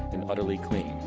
and utterly clean,